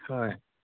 হয়